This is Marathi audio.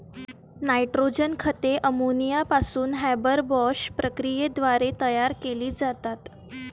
नायट्रोजन खते अमोनिया पासून हॅबरबॉश प्रक्रियेद्वारे तयार केली जातात